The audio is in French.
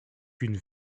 une